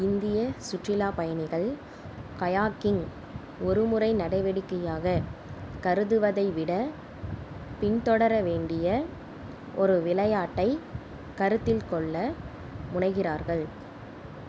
இந்திய சுற்றுலாப்பயணிகள் கயாக்கிங் ஒரு முறை நடவடிக்கையாக கருதுவதை விட பின்தொடர வேண்டிய ஒரு விளையாட்டைக் கருத்தில் கொள்ள முனைகிறார்கள்